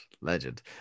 Legend